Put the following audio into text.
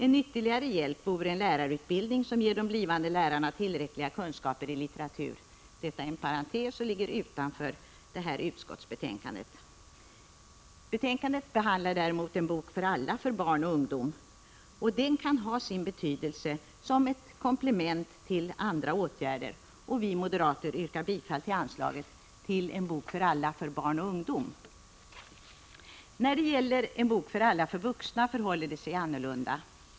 En ytterligare hjälp vore en lärarutbildning, som ger de blivande lärarna tillräckliga kunskaper i litteratur. Men det är en parentes som ligger utanför detta utskottsbetänkande. Betänkandet behandlar däremot ”En bok för alla” för barn och ungdom. Den kan ha sin betydelse som ett komplement till andra åtgärder. Vi moderater yrkar bifall till anslaget för ”En bok för alla” för barn och ungdom. När det gäller ”En bok för alla” för vuxna förhåller det sig annorlunda.